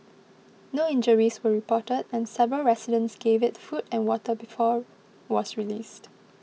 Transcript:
no injuries were reported and several residents gave it food and water before was released